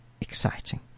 exciting